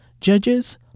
judges